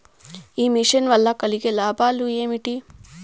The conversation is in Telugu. ఈ మిషన్ వల్ల కలిగే లాభాలు ఏమిటి?